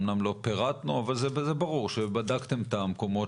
אמנם לא פירטנו אבל זה ברור שבדקתם את המקומות